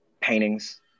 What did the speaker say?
paintings